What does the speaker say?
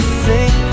sing